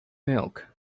milk